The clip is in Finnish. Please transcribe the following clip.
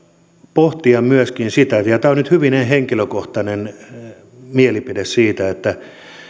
pohtia myöskin sitä ja tämä on nyt hyvin henkilökohtainen mielipide että